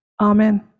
amen